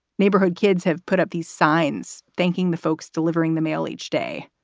neighborhood kids have put up these signs thanking the folks delivering the mail each day.